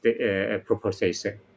proposition